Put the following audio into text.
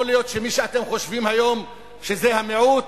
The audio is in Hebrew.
יכול להיות שמי שאתם חושבים היום שזה המיעוט,